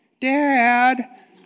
Dad